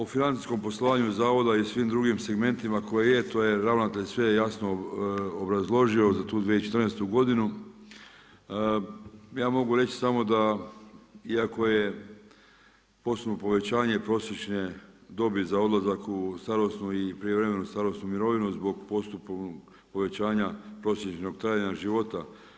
O financijskom poslovanju iz zavoda i svim drugim segmentima koje je, to je ravnatelj sve je jasno obrazložio za tu 2014. godinu ja mogu reći samo da iako je postupno povećanje prosječne dobi za odlazak u starosnu i prijevremenu strasnu mirovinu zbog postupnog povećanja prosječnog trajanja života.